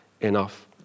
enough